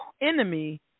enemy